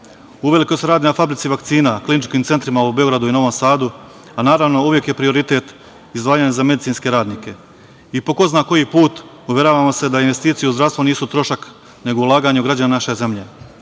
se radi na fabrici vakcina, kliničkim centrima u Beogradu i Novom Sadu, a naravno, uvek je prioritet izdvajanje za medicinske radnike. I po ko zna koji put, uveravamo se da investicije u zdravstvo nisu trošak nego ulaganje u građane naše zemlje. Danas